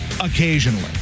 Occasionally